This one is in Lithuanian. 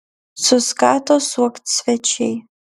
suskato suokt svečiai